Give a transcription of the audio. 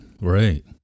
Right